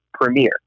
premiere